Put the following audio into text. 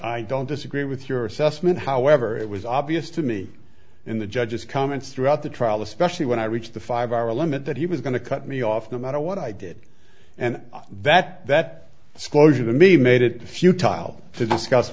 i don't disagree with your assessment however it was obvious to me in the judge's comments throughout the trial especially when i reached the five hour limit that he was going to cut me off no matter what i did and that that disclosure to me made it a few tile to discuss